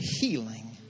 healing